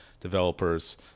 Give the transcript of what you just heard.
developers